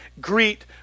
greet